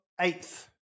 eighth